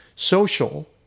social